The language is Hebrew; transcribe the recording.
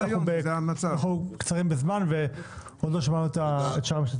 אנחנו קצרים בזמן ועוד לא שמענו את שאר המשתתפים.